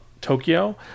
Tokyo